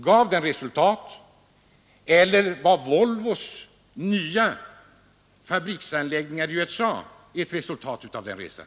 Gav den resultat, eller var Volvos nya fabriksanläggningar i USA ett resultat av den resan?